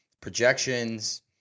projections